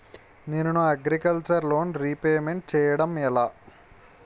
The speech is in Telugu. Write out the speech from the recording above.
నేను నా అగ్రికల్చర్ లోన్ రీపేమెంట్ చేయడం ఎలా?